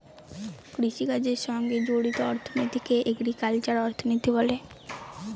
কৃষিকাজের সঙ্গে জড়িত অর্থনীতিকে এগ্রিকালচারাল অর্থনীতি বলে